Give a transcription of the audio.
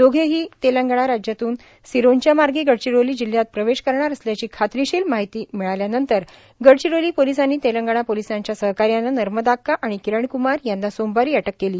दोघेही तेलंगणा राज्यातून सिरोंचामार्गे गडचिरोली जिल्ह्यात प्रवेश करणार असल्याची खात्रीशिर माहिती मिळाल्यानंतर गडचिरोली पोलिसांनी तेलंगणा पोलिसांच्या सहकार्याने नर्मदाक्का आणि किरणक्मार यांना सोमवारी अटक केली